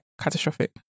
catastrophic